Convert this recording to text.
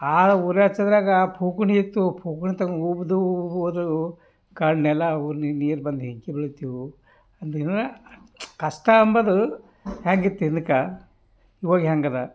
ಆಳು ಉರಿ ಹಚ್ಚೋದರಾಗ ಫೂಕಣಿ ಇತ್ತು ಫೂಕಣಿ ತಗೊಂಡು ಉಗಿದು ಊದಿ ಕಣ್ಣೆಲ್ಲ ನೀರು ಬಂದು ಬೆಂಕಿ ಬೀಳ್ತಿವು ಅಂದೆನರ ಕಷ್ಟ ಅಂಬೋದು ಹ್ಯಾಗಿತ್ತು ಹಿಂದಕ್ಕೆ ಈವಾಗ ಹ್ಯಾಗದ